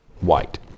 white